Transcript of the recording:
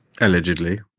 Allegedly